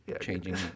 changing